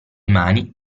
mani